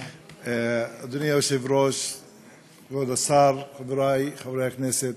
כבוד השר, חברי חברי הכנסת,